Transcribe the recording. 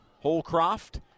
Holcroft